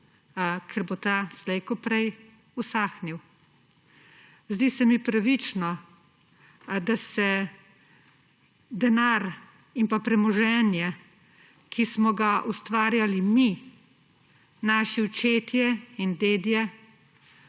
ker bo ta slej ko prej usahnil. Zdi se mi pravično, da se denar in pa premoženje, ki smo ga ustvarjali mi, naši očetje in dedje,